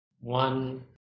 One